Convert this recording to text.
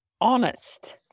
honest